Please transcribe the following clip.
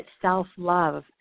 self-love